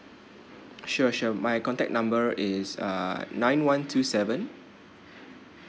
sure sure my contact number is err nine one two seven